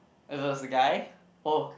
it was a guy oh